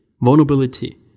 vulnerability